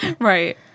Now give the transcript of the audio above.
Right